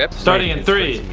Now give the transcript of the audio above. ah starting in three,